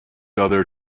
other